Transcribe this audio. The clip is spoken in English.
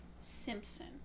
Simpson